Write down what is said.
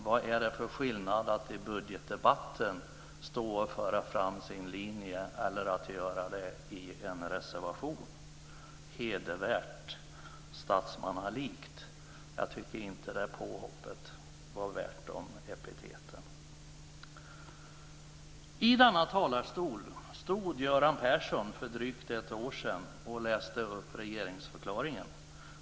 Vad är det för skillnad mellan att i budgetdebatten föra fram sin linje eller att göra det i en reservation? Hedervärt! Statsmannalikt! Jag tycker inte att det påhoppet var värt dessa epitet. I denna talarstol stod Göran Persson för drygt ett år sedan och läste upp regeringsförklaringen.